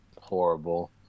horrible